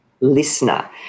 listener